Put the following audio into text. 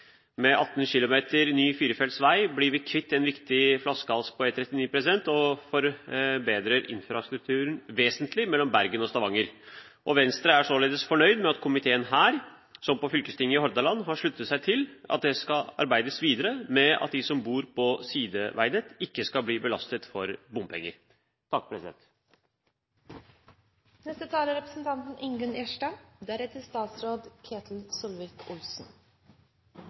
med på å støtte opp om dagens og framtidens verdiskaping på kysten og på å skape nye bo- og arbeidsmarkedsregioner. Med 18 km ny firefeltsvei blir vi kvitt en viktig flaskehals på E39 og forbedrer infrastrukturen vesentlig mellom Bergen og Stavanger. Venstre er således fornøyd med at komiteen her – som fylkestinget i Hordaland – har sluttet seg til at det skal arbeides videre med